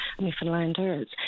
Newfoundlanders